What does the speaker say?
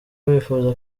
wifuza